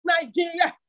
Nigeria